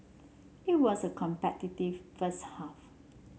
it was a competitive first half